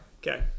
Okay